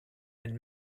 and